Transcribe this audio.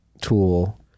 tool